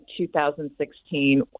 2016